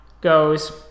goes